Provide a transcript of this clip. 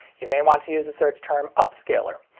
you may want to use the search term upscaler.